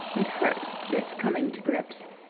it hurt, this coming to grips.